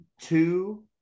two